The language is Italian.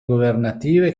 governative